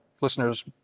listeners